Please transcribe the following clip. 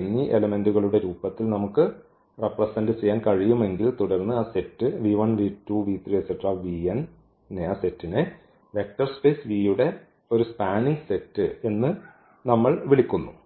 എന്നീ എലെമെന്റുകളുടെ രൂപത്തിൽ നമുക്ക് റെപ്രെസെന്റ് ചെയ്യാൻ കഴിയുമെങ്കിൽ തുടർന്ന് എന്ന സെറ്റ്നെ വെക്റ്റർ സ്പേസ് യുടെ ഒരു സ്പാനിംഗ് സെറ്റ് എന്ന് നമ്മൾ വിളിക്കുന്നു